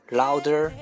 louder